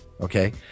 Okay